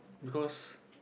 because